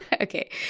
Okay